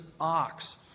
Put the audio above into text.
ox